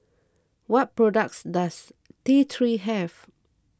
what products does T three have